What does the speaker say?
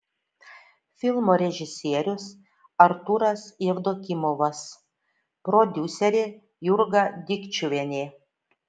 filmo režisierius artūras jevdokimovas prodiuserė jurga dikčiuvienė